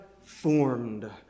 formed